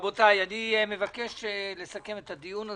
רבותי, אני מבקש לסכם את הדיון הזה.